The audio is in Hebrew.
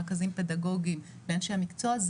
רכזים פדגוגיים ואנשי המקצוע,